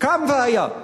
קם והיה.